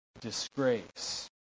disgrace